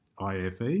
IFE